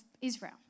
Israel